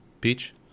peach